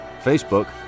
facebook